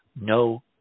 no